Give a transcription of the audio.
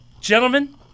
Gentlemen